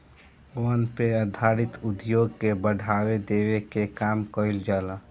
वन पे आधारित उद्योग के बढ़ावा देवे के काम कईल जाला